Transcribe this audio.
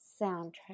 Soundtrack